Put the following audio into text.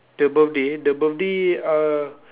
the birthday the birthday uh